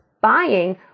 buying